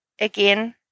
Again